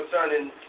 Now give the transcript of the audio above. concerning